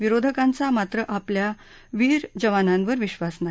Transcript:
विरोधकांचा मात्र आपल्या वीर जवानांवर विद्वास नाही